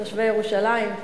תושבי ירושלים,